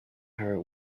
her